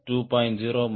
0 மற்றும் 0